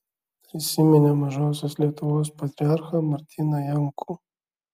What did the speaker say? prisiminė mažosios lietuvos patriarchą martyną jankų